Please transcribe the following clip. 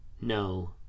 no